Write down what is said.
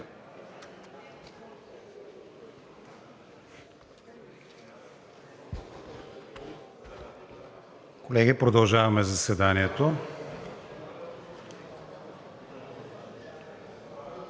Колеги, продължаваме заседанието.